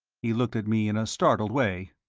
he looked at me in a startled way.